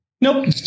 Nope